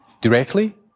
directly